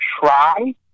try